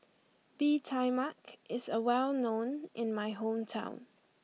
Bee Tai Mak is a well known in my hometown